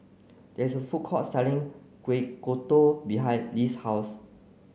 there is a food court selling Kueh Kodok behind Less' house